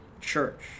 Church